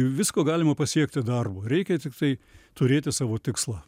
visko galima pasiekti darbu reikia tiktai turėti savo tikslą